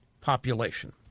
population